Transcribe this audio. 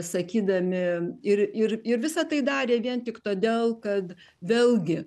sakydami ir ir ir visa tai darė vien tik todėl kad vėlgi